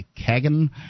Kagan